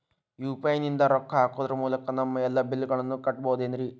UPI ನಿಂದ ರೊಕ್ಕ ಹಾಕೋದರ ಮೂಲಕ ನಮ್ಮ ಎಲ್ಲ ಬಿಲ್ಲುಗಳನ್ನ ಕಟ್ಟಬಹುದೇನ್ರಿ?